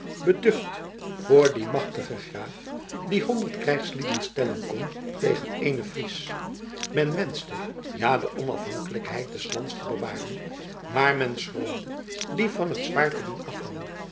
beducht voor dien machtigen graaf die honderd krijgslieden stellen kon tegen éénen fries men wenschte ja de onafhankelijkheid des lands te bewaren maar men schroomde die van t zwaard te doen afhangen